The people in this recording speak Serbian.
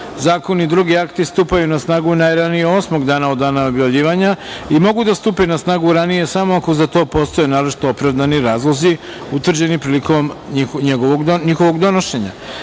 zakoni i drugi akti stupaju na snagu najranije osmog dana od dana objavljivanja i mogu da stupe na snagu ranije samo ako za to postoje naročito opravdani razlozi, utvrđeni prilikom njihovog donošenja. Stavljam